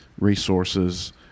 resources